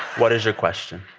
what is your question?